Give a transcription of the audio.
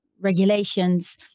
regulations